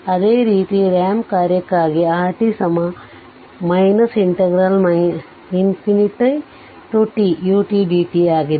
ಅದೇ ರೀತಿ ರಾಂಪ್ ಕಾರ್ಯಕ್ಕಾಗಿ rt tudt ಆಗಿದೆ